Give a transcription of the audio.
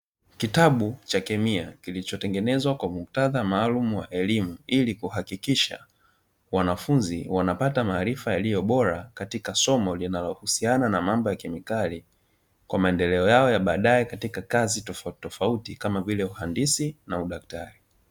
Kitabu cha kemia, kilichotengenezwa kwa muktadha maalumu wa elimu ili kuhakikisha wanafunzi wanapata maarifa yaliyobora, katika somo linalohusiana na mambo ya kemikali kwa maendeleo yao ya baadaye katika kazi tofautitfoauti, kama vile uhandisi na udaktari.